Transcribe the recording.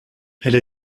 elle